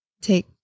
Take